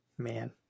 man